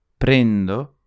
Prendo